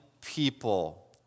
people